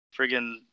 friggin